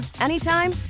anytime